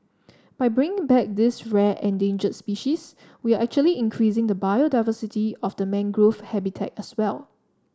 by bringing back this rare endangered species we are actually increasing the biodiversity of the mangrove habitat as well